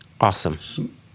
Awesome